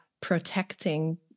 protecting